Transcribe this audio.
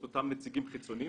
את אותם נציגים חיצוניים.